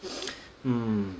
mm